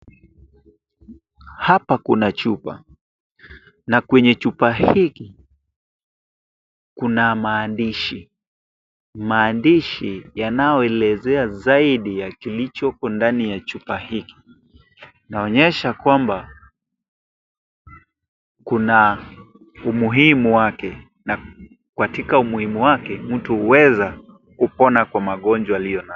Hapa kuna chupa na kwenye chupa hii kuna maandishi, maandishi yanayoelezea zaidi ya kilichopo ndani ya chupa hiki, inaonyesha kwamba kuna umuhimu wake na katika umuhimu wake mtu huweza kupona kwa magonjwa aliyo nayo.